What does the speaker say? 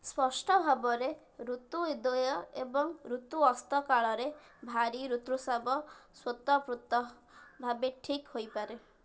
ସ୍ପଷ୍ଟ ଭାବରେ ଋତୁ ଉଦୟ ଏବଂ ଋତୁ ଅସ୍ତ କାଳରେ ଭାରୀ ଋତୁସ୍ରାବ ସ୍ୱତଃପୃତ ଭାବେ ଠିକ୍ ହେଇପାରେ